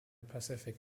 pacific